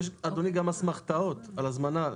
אדוני, יש גם אסמכתאות על הזמנה.